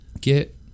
Get